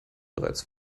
bereits